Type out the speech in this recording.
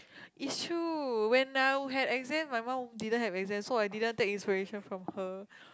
is true when I would have exam my mum didn't have exam so I didn't take inspiration from her